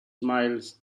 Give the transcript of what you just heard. smiles